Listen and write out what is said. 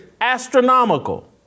astronomical